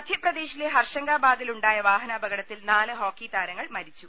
മധ്യപ്രദേശിലെ ഹർഷംഗാബാദിലുണ്ടായ വാഹനാപക ടത്തിൽ നാല് ഹോക്കി താരങ്ങൾ മരിച്ചു